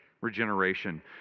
Regeneration